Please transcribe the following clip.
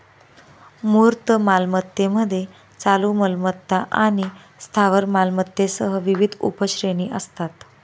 मूर्त मालमत्तेमध्ये चालू मालमत्ता आणि स्थावर मालमत्तेसह विविध उपश्रेणी असतात